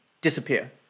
disappear